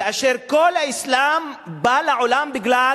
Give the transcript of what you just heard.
כאשר כל האסלאם בא לעולם בגלל